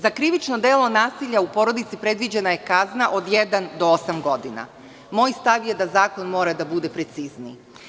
Za krivično delo nasilja u porodici predviđena je kazna od jedan do osam godina, moj stav je da zakon mora da bude precizniji.